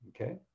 Okay